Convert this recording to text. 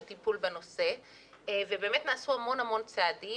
טיפול בנושא ובאמת נעשו המון המון צעדים,